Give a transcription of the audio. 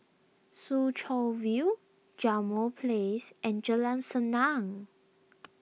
Soo Chow View Jambol Place and Jalan Senang